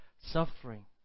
suffering